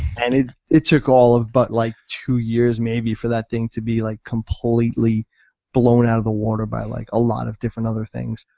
and it it took all of but like two years maybe for that thing to be like completely blown out of the water by like a lot of different other things,